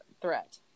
threat